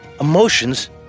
emotions